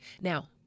Now